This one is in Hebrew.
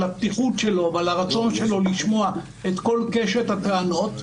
הפתיחות שלו ועל הרצון שלו לשמוע את כל קשת הטענות,